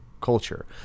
culture